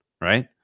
right